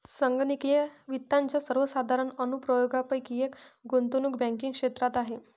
संगणकीय वित्ताच्या सर्वसाधारण अनुप्रयोगांपैकी एक गुंतवणूक बँकिंग क्षेत्रात आहे